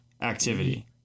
activity